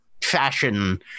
fashion